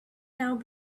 now